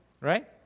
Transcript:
Right